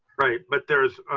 but there's,